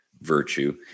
virtue